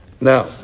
Now